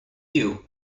you